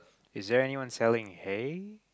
is there anyone selling hay